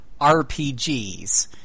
RPGs